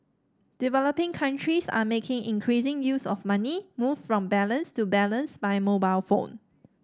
developing countries are making increasing use of money moved from balance to balance by mobile phone